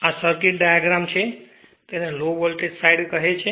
આ circuit diagram છે તેને લો વોલ્ટેજ સાઇડ કહે છે